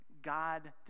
God